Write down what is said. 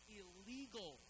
illegal